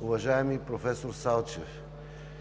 уважаеми професор Салчев!